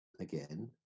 again